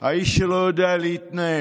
האיש שלא יודע להתנהל,